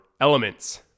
elements